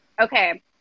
Okay